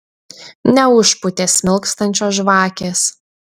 neužpūtė smilkstančios žvakės